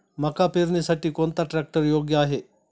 मका पेरणीसाठी कोणता ट्रॅक्टर योग्य आहे?